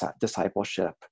discipleship